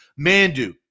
Mandu